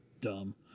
Dumb